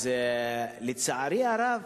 לצערי הרב,